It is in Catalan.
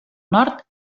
nord